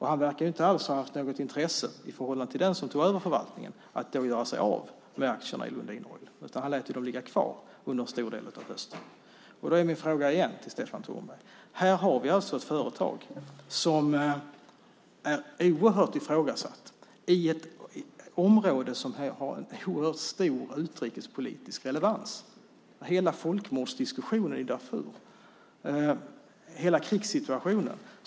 Han verkar inte alls ha haft något intresse av att den som tog över förvaltningen skulle göra sig av med aktierna i Lundin Oil, utan han lät dem ligga kvar under en stor del av hösten. Här har vi alltså ett företag som är oerhört ifrågasatt i ett område som har stor utrikespolitisk relevans - hela folkmordsdiskussionen i Darfur och hela krigssituationen.